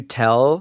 tell